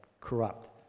corrupt